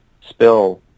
spill